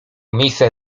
miejsce